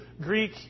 Greek